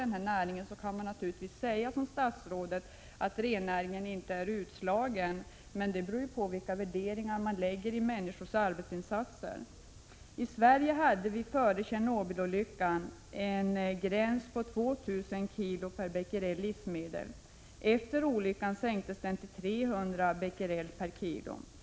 Det går givetvis att säga, som statsrådet gör, att rennäringen inte är utslagen på grund av detta — men det beror på hur man värderar människors arbetsinsatser. I Sverige hade vi före Tjernobylolyckan en gräns på 2 000 becquerel kg.